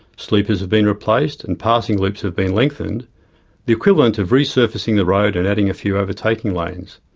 sleepers have been replaced, and passing loops have been lengthened the equivalent of resurfacing the road and adding a few overtaking lanes.